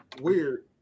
weird